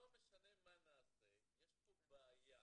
לא משנה מה נעשה יש פה בעיה.